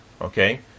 Okay